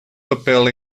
papel